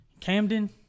Camden